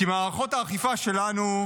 כי מערכות האכיפה שלנו,